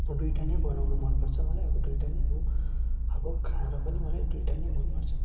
दुईटा नै बनाउनु मन पर्छ मलाई अब दुईटा नै अब खान पनि मलाई दुईटा नै मन पर्छ